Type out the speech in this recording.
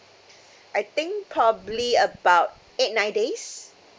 I think probably about eight nine days